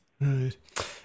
Right